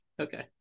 okay